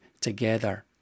together